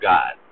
God